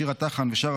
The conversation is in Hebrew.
שירה טחן ושאר